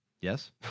Yes